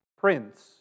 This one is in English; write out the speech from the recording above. prince